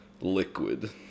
liquid